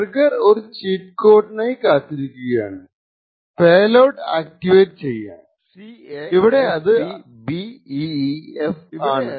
trigger ഒരു cheat കോഡിനായി കാത്തിരിക്കുകയാണ് പേലോഡ് ആക്റ്റിവേറ്റ് ചെയ്യാൻ ഇവിടെ അത് 0xcCAFEBEEF ആണ്